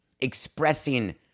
expressing